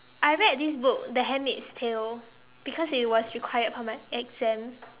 I read this book the handmaid's tale because it was required for my exam